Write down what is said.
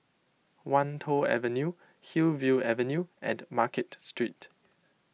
Wan Tho Avenue Hillview Avenue and Market Street